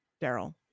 Daryl